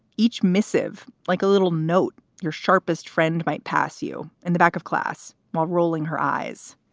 each missive, like a little note your sharpest friend might pass you in the back of class while rolling her eyes.